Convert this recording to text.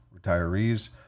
retirees